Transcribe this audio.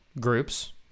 groups